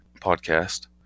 podcast